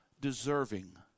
deserving